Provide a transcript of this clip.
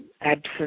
absent